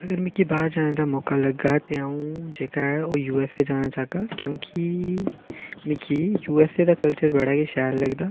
अगर मिकी बाह्र जाने दा मौका लग्गा ते अ'ऊं जेह्का ऐ ओह् यू एस ए जाना चाह्गा क्योकि मिकी यू एस ए दा कल्चर बड़ा गै शैल लगदा